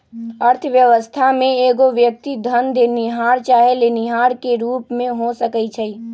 अर्थव्यवस्था में एगो व्यक्ति धन देनिहार चाहे लेनिहार के रूप में हो सकइ छइ